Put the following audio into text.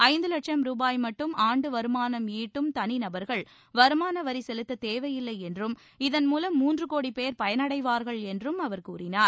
ஐந்து வட்சம் ரூபாய் மட்டும் ஆண்டு வருமானம் ஈட்டும் தனி நபர்கள் வருமான வரி செலுத்த தேவையில்லை என்றும் இதன்மூலம் மூன்று கோடி பேர் பயனடைவார்கள் என்றும் அவர் கூறினார்